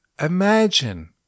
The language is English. Imagine